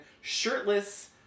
shirtless